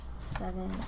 seven